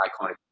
iconic